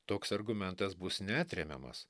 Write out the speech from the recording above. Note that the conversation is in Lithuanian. toks argumentas bus neatremiamas